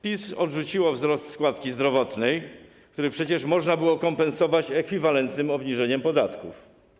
PiS odrzuciło wzrost składki zdrowotnej, który przecież można było kompensować ekwiwalentnym obniżeniem podatków.